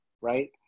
right